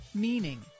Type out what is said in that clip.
meaning